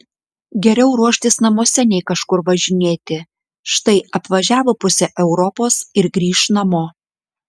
geriau ruoštis namuose nei kažkur važinėti štai apvažiavo pusę europos ir grįš namo